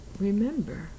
remember